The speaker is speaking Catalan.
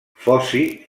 foci